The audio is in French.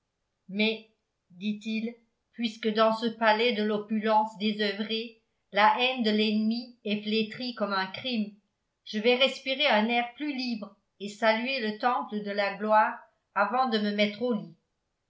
mais dit-il puisque dans ce palais de l'opulence désoeuvrée la haine de l'ennemi est flétrie comme un crime je vais respirer un air plus libre et saluer le temple de la gloire avant de me mettre au lit